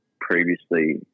previously